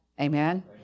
Amen